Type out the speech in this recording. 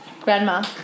grandma